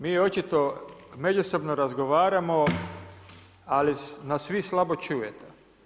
Mi očito međusobno razgovaramo, ali nas svi slabo čujete.